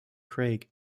craig